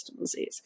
disease